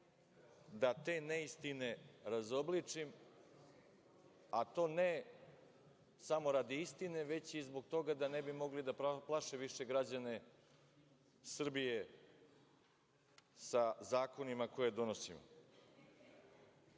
da te neistine razobličim, a to ne samo radi istine, već i zbog toga da ne bi mogli da plaše više građane Srbije sa zakonima koje donosimo. Pre